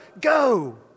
go